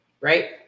right